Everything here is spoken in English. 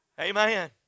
Amen